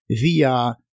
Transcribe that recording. via